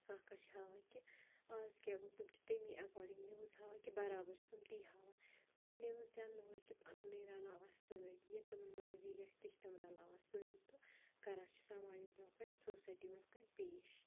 کانٛہہ کانٛہہ چھِ ہاوان کہِ اَز کیٛاہ گوٚو تِم چھِ تمی ایٚکاڈِنٛگ نِوٕز ہاوان کہِ بَرابَر چھِ تِم تی ہاوان أڑۍ نِوٕز چَنلہٕ وٲلۍ چھِ پَنٛنُے رَلاوان سۭتۍ یہِ تِمَن مرضی گژھِ تہِ چھِ تِم رَلاوان سۭتۍ تہٕ کَران چھِ سماجَس برونٛہہ کَنہِ سوسایٹی برونٛہہ کَنہِ پیش